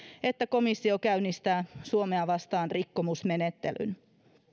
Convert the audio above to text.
että komissio käynnistää suomea vastaan rikkomusmenettelyn